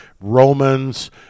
Romans